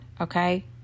okay